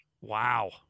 Wow